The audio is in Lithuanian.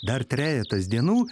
dar trejetas dienų